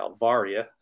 Alvaria